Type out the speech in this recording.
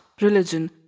religion